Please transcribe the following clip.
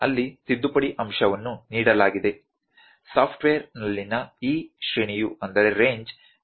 ಅಲ್ಲಿ ತಿದ್ದುಪಡಿ ಅಂಶವನ್ನು ನೀಡಲಾಗಿದೆ ಸಾಫ್ಟ್ವೇರ್ನಲ್ಲಿನ ಈ ಶ್ರೇಣಿಯು ತಿದ್ದುಪಡಿ ಅಂಶಕ್ಕೆ ಸಮನಾಗಿರುತ್ತದೆ ಸರಿ